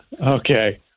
Okay